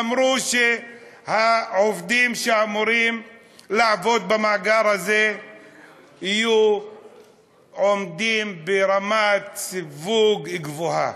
אמרו שהעובדים שאמורים לעבוד במאגר הזה יהיו ברמת סיווג גבוהה.